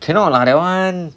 cannot lah that one